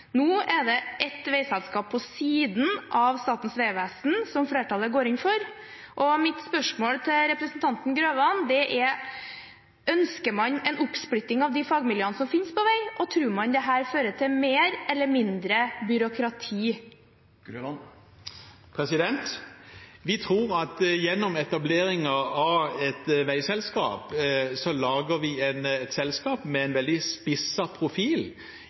Nå er det ett veiselskap på siden av Statens vegvesen flertallet går inn for, og mitt spørsmål til representanten Grøvan er: Ønsker man en oppsplitting av de fagmiljøene på vei som finnes, og tror man dette fører til mer eller mindre byråkrati? Vi tror at gjennom etablering av et veiselskap så lager vi et selskap med en veldig spisset profil